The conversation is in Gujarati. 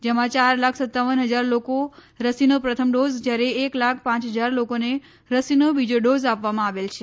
જેમાં ચાર લાખ સત્તાવન હજાર લોકો રસીનો પ્રથમ ડોઝ જ્યારે એક લાખ પાંચ હજાર લોકોને રસીનો બીજો ડોઝ આપવામાં આવેલ છે